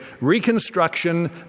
Reconstruction